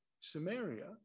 samaria